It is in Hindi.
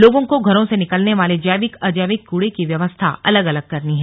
लोगों को घरों से निकलने वाले जैविक अजैविक कूड़े की व्यवस्था अलग अलग करनी है